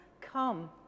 come